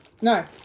No